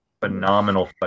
phenomenal